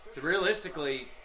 Realistically